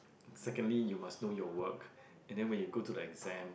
secondly you must know your work and then when you go to the exam